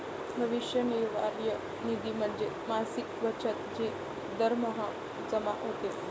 भविष्य निर्वाह निधी म्हणजे मासिक बचत जी दरमहा जमा होते